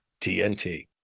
TNT